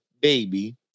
baby